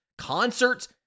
concerts